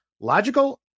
logical